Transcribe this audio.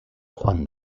juan